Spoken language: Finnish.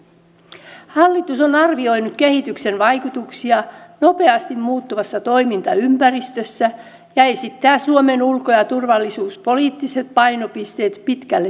hallitus on arvioinut kehityksen vaikutuksia nopeasti muuttuvassa toimintaympäristössä ja esittää suomen ulko ja turvallisuuspoliittiset painopisteet pitkälle tulevaisuuteen